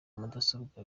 mudasobwa